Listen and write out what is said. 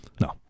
No